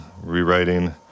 rewriting